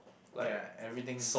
ya everything's